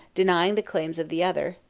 denying the claims of the other,